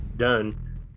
Done